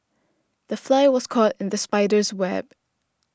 the fly was caught in the spider's web